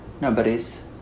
Nobody's